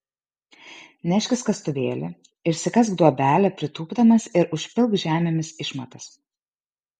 neškis kastuvėlį išsikask duobelę pritūpdamas ir užpilk žemėmis išmatas